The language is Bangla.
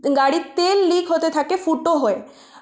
গাড়ির তেল লিক হতে থাকে ফুটো হয়ে